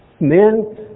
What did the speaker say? men